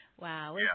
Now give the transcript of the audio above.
Wow